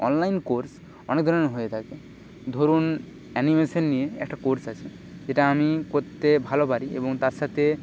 online course অনেক ধরনের হয়ে থাকে ধরুন অ্যানিমেশন নিয়ে একটা কোর্স আছে যেটা আমি করতে ভালো পারি এবং তার সাথে